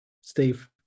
Steve